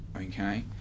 Okay